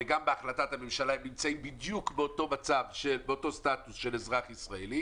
גם בהחלטת הממשלה הם נמצאים בדיוק באותו סטטוס של אזרח ישראלי